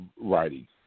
writing